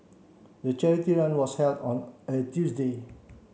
the charity run was held on a Tuesday